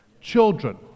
children